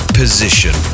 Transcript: position